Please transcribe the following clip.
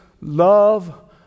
love